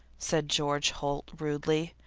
said george holt, rudely.